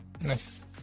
Nice